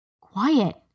Quiet